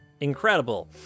Incredible